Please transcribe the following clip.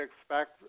expect